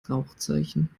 rauchzeichen